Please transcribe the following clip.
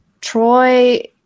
troy